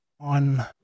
on